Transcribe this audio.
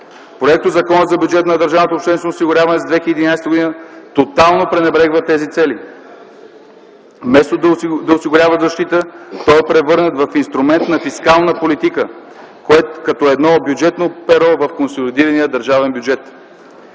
Законопроектът за бюджета на държавното обществено осигуряване за 2011 г. тотално пренебрегва тези цели. Вместо да осигурява защита, той е превърнат в инструмент на фискална политика като едно бюджетно перо в консолидирания държавен бюджет.